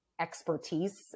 expertise